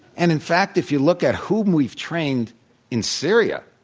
and in fact, if you look at who we've trained in syria,